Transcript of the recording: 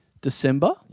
December